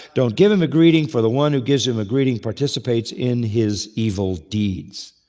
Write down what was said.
don't give him a greeting for the one who gives him a greeting participates in his evil deeds.